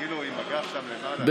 עתיד-תל"ם לסעיף 1 לא נתקבלה.